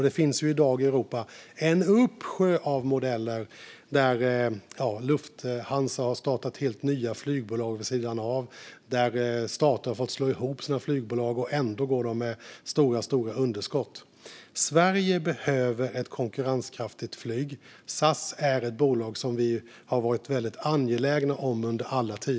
Det finns i dag i Europa en uppsjö av modeller, exempelvis där Lufthansa har startat helt nya flygbolag vid sidan av, där stater har fått slå ihop sina flygbolag, och ändå går de med stora underskott. Sverige behöver ett konkurrenskraftigt flyg. SAS är ett bolag som vi under alla tider har varit angelägna om att ha.